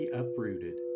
uprooted